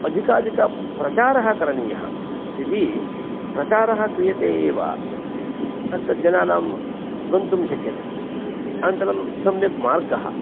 अधिकाधिकप्रचारः करणीयः यदि प्रचारः क्रियते एव तत्तत् जनानां गन्तुं शक्यते अनन्तरं सम्यक् मार्गः